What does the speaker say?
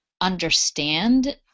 understand